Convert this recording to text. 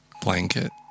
blanket